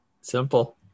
Simple